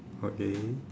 okay